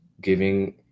giving